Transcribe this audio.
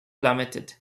plummeted